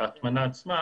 ההטמנה עצמה.